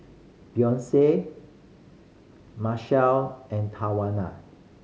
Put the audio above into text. Beyonce Marshall and Tawanna